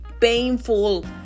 painful